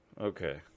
Okay